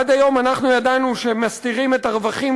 עד היום אנחנו ידענו שמסתירים את הרווחים